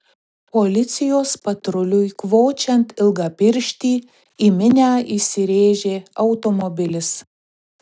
policijos patruliui kvočiant ilgapirštį į minią įsirėžė automobilis